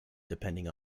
depending